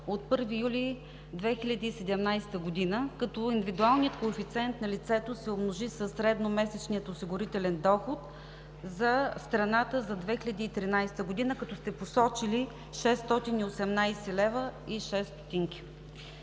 от 1 юли 2017 г., като индивидуалният коефициент на лицето се умножи със средномесечния осигурителен доход за страната за 2013 г. като сте посочили 618 лв. и 6 ст.